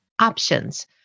options